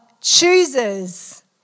chooses